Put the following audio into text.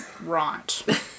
Right